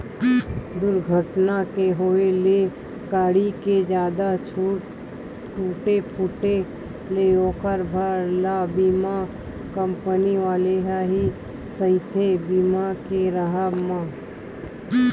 दूरघटना के होय ले गाड़ी के जादा टूटे फूटे ले ओखर भार ल बीमा कंपनी वाले ह ही सहिथे बीमा के राहब म